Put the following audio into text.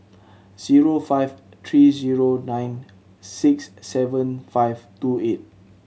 zero five three zero nine six seven five two eight